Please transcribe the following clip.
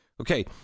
Okay